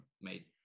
made